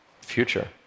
future